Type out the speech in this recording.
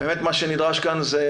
באמת מה שנדרש כאן זה